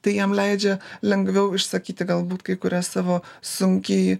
tai jam leidžia lengviau išsakyti galbūt kai kurias savo sunkiai